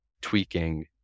tweaking